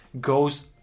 goes